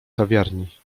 kawiarni